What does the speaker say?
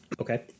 Okay